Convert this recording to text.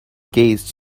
gaze